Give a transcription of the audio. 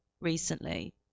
recently